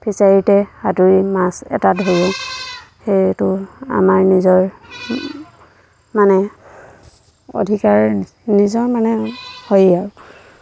ফিচাৰীতে সাঁতুৰি মাছ এটা ধৰোঁ সেইটো আমাৰ নিজৰ মানে অধিকাৰ নিজৰ মানে হয় আৰু